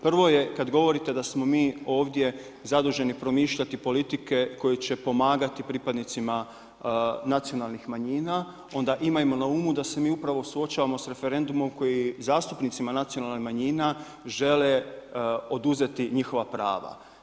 Prvo je kad govorite da smo mi ovdje zaduženi promišljati politike koje će pomagati pripadnicima nacionalnih manjina, onda imajmo na umu da se mi upravo suočavamo s referendumom koji zastupnicima nacionalnih manjina žele oduzeti njihova prava.